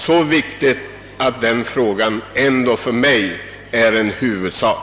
Denna fråga är åtminstone för mig en huvudsak.